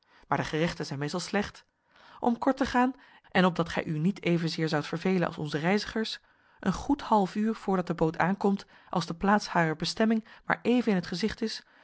maar de gerechten zijn meestal slecht om kort te gaan en opdat gij u niet evenzeer zoudt vervelen als onze reizigers een goed half uur voordat de boot aankomt als de plaats harer bestemming maar even in t gezicht is